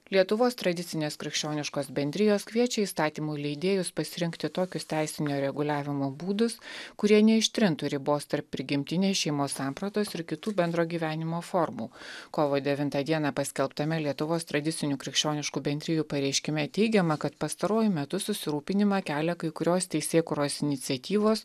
lietuvos tradicinės krikščioniškos bendrijos kviečia įstatymų leidėjus pasirinkti tokius teisinio reguliavimo būdus kurie neištrintų ribos tarp prigimtinės šeimos sampratos ir kitų bendro gyvenimo formų kovo devintą dieną paskelbtame lietuvos tradicinių krikščioniškų bendrijų pareiškime teigiama kad pastaruoju metu susirūpinimą kelia kai kurios teisėkūros iniciatyvos